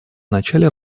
начале